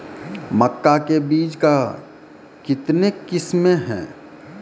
मक्का के बीज का कितने किसमें हैं?